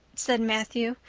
said matthew,